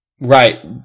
right